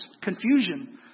confusion